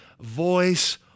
voice